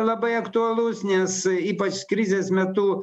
labai aktualus nes ypač krizės metu